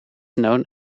known